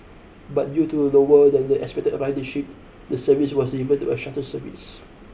but due to lower than expected ridership the service was reverted to a shuttle service